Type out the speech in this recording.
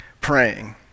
praying